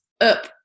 up